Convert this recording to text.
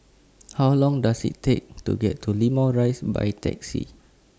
How Long Does IT Take to get to Limau Rise By Taxi